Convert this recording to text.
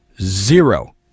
Zero